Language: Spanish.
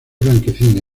blanquecina